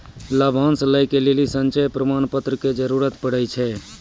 लाभांश लै के लेली संचय प्रमाण पत्र के जरूरत पड़ै छै